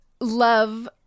love